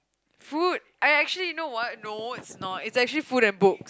food I actually know what no it's not it's actually food and book